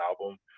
album